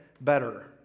better